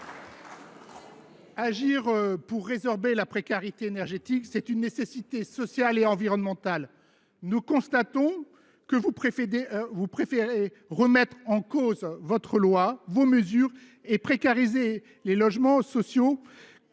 Agir pour résorber la précarité énergétique est une nécessité sociale et environnementale. Nous constatons que vous préférez remettre en cause votre loi, vos mesures, et précariser les logements plutôt